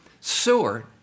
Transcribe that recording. Seward